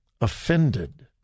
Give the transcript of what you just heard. offended